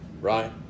right